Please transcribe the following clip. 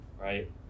right